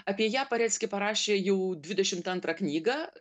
apie ją parecki parašė jau dvidešimt antrą knygą